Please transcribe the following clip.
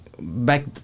back